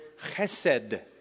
chesed